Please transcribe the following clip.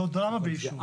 זו דרמה, ביישוב.